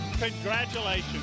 Congratulations